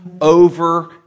over